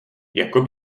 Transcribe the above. jako